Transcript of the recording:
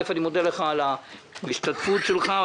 אני מודה לך על ההשתתפות שלך.